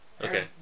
Okay